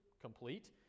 complete